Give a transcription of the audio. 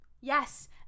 yes